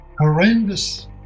horrendous